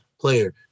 player